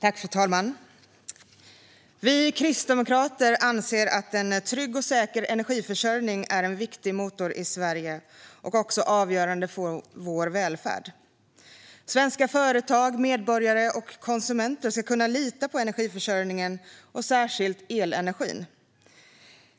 Fru talman! Vi Kristdemokrater anser att en trygg och säker energiförsörjning är en viktig motor i Sverige och också avgörande för vår välfärd. Svenska företag, medborgare och konsumenter ska kunna lita på energiförsörjningen och särskilt elenergin.